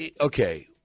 okay